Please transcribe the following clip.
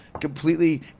completely